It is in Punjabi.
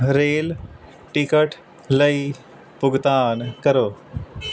ਰੇਲ ਟਿਕਟ ਲਈ ਭੁਗਤਾਨ ਕਰੋ